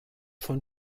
von